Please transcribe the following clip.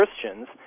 Christians